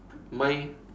mine